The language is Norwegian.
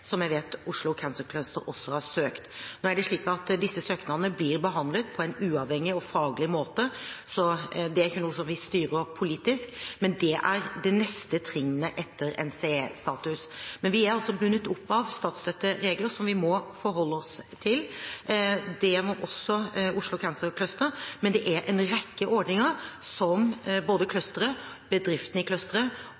som jeg vet Oslo Cancer Cluster også har søkt om. Nå er det slik at disse søknadene blir behandlet på en uavhengig og faglig måte – det er ikke noe vi styrer politisk – men det er det neste trinnet etter NCE-status. Men vi er altså bundet opp av statsstøtteregler, som vi må forholde oss til. Det må også Oslo Cancer Cluster, men det er en rekke ordninger som både